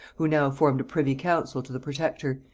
who now formed a privy council to the protector,